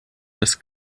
das